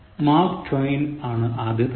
mark Twain ആണ് ആദ്യത്തെത്